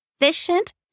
efficient